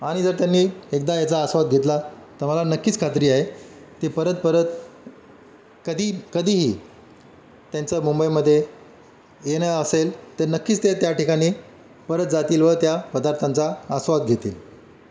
आनि जर त्यांनी एकदा याचा आस्वाद घेतला तर मला नक्कीच खात्री आहे ते परत परत कधी कधीही त्यांच्या मुंबईमदे येणं असेल तर नक्कीच ते त्या ठिकानी परत जातील व त्या पदार्थांचा आस्वाद घेतील